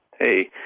Hey